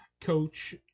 coach